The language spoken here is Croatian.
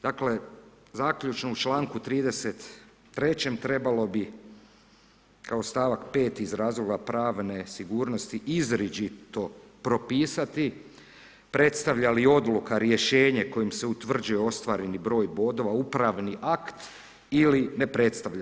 Dakle zaključno, u članku 33. trebalo bi kao stavak 5 iz razloga pravne sigurnosti izričito propisati predstavlja li odluka rješenje kojim se utvrđuje ostvareni broj bodova upravni akt ili ne predstavlja.